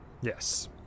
yes